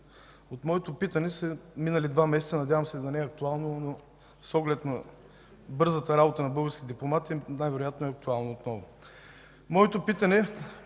от моето питане са минали два месеца, надявам се да не е актуално, но с оглед на бързата работа на българските дипломати, най-вероятно отново е актуално.